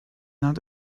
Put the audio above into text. not